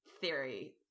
theory